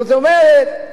זאת אומרת,